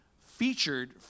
featured